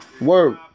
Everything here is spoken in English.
Word